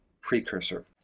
precursor